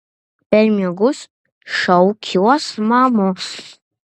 per miegus šaukiuos mamos